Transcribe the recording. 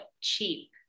cheap